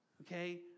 Okay